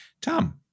Tom